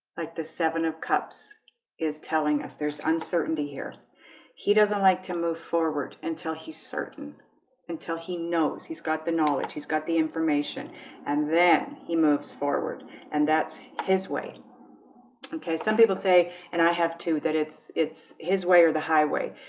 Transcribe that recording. like the seven cups is telling us there's uncertainty here he doesn't like to move forward until he's certain until he knows he's got the knowledge he's got the information and then he moves forward and that's his way okay, some people say and i have to that it's it's his way or the highway,